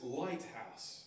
lighthouse